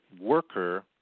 worker